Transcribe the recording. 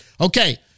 okay